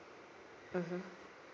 mmhmm